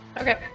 Okay